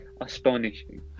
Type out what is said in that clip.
astonishing